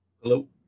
Hello